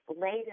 later